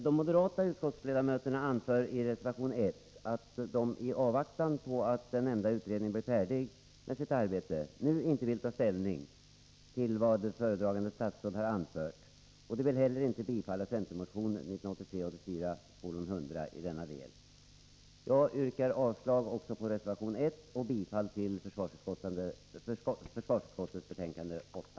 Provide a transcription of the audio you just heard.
De moderata utskottsledamöterna anför i reservation 1 att de i avvaktan på att den nämnda utredningen blir färdig med sitt arbete nu inte vill ta ställning till vad föredragande statsråd anfört. De vill inte heller tillstyrka centermotionen 1983/84:100 i denna del. Jag yrkar avslag också på reservation 1 och bifall till försvarsutskottets hemställan i betänkande 8.